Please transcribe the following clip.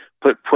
put